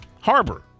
Harbor